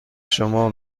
شما